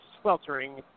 sweltering